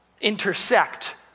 intersect